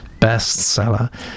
bestseller